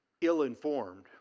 ill-informed